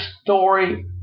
story